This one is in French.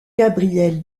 gabriel